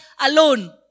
alone